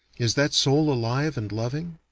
is that soul alive and loving?